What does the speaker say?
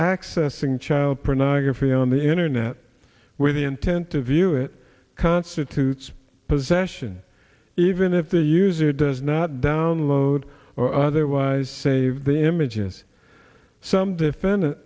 accessing child pornography on the internet with the intent to view it constitutes possession even if the user does not download or otherwise save the images some defend